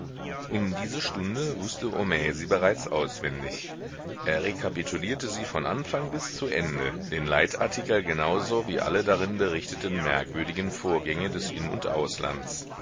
um diese stunde wußte homais sie bereits auswendig er rekapitulierte sie von anfang bis zu ende den leitartikel genau so wie alle darin berichteten merkwürdigen vorgänge des in und auslands